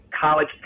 college